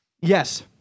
Yes